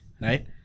right